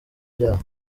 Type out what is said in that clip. byaha